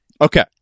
Okay